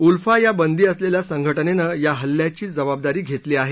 उल्फा या बंदी असलेल्या संघटनेनं या हल्ल्याची जबाबदारी घेतली आहे